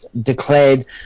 declared